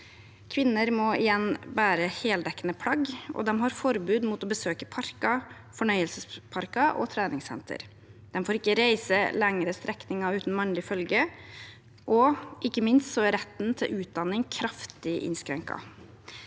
Kvinner må igjen bære heldekkende plagg, og de har forbud mot å besøke parker, fornøyelsesparker og treningssenter. De får ikke reise lengre strekninger uten mannlig følge, og ikke minst er retten til utdanning kraftig innskrenket.